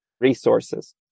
resources